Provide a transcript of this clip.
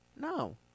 No